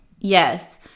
Yes